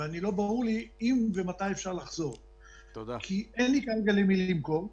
לא ברור לי אם ומתי אפשר לחזור כי אין לי כרגע למי למכור,